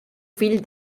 fill